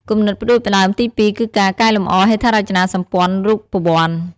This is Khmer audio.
គំនិតផ្តួចផ្តើមទីពីរគឺការកែលម្អហេដ្ឋារចនាសម្ព័ន្ធរូបវន្ត។